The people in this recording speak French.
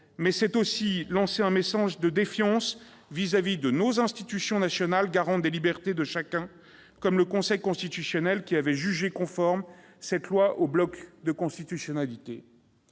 C'est aussi lancer un message de défiance à l'égard de nos institutions nationales garantes des libertés de chacun, comme le Conseil constitutionnel, qui avait jugé cette loi conforme au bloc de constitutionnalité.